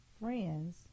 friends